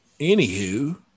Anywho